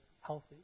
healthy